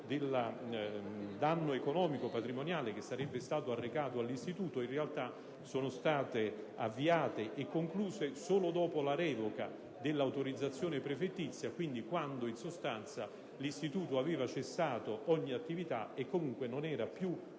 del danno economico, patrimoniale che sarebbe stato arrecato all'istituto, in realtà, sono state avviate e concluse solo dopo la revoca dell'autorizzazione prefettizia; quindi, quando l'istituto aveva cessato ogni attività e comunque non era più